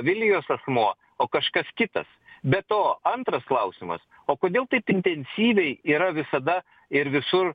vilijos asmuo o kažkas kitas be to antras klausimas o kodėl taip intensyviai yra visada ir visur